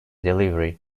delivery